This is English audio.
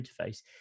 interface